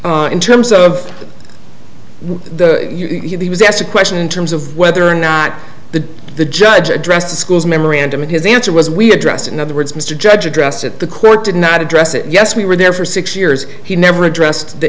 them in terms of the he was asked a question in terms of whether or not the the judge addressed the schools memorandum and his answer was we address in other words mr judge address at the court did not address it yes we were there for six years he never addressed the